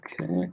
okay